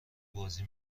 بازی